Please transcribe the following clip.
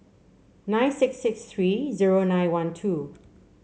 nine six six three zero nine one two